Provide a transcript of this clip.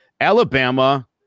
Alabama